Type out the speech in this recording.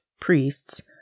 priests